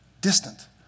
distant